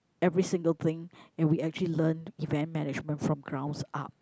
every single thing and we actually learnt event management from grounds up